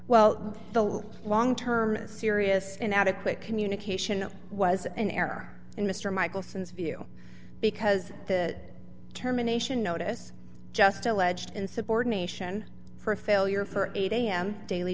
well the long term serious inadequate communication was an error in mr michelson's view because that terminations notice just alleged insubordination for a failure for eight am daily